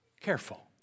Careful